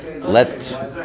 let